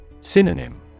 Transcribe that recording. Synonym